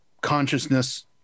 consciousness